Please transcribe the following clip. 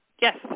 Yes